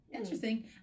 Interesting